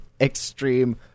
extreme